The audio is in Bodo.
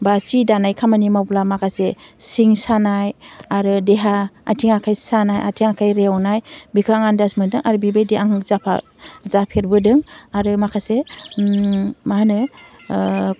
बा सि दानाय खामानि मावब्ला माखासे सिं सानाय आरो देहा आथिं आखाइ सानाय आथिं आखाइ रेवनाय बेखौ आं आन्दास मोन्दों आरो बेबायदि आं जाफेरबोदों आरो माखासे मा होनो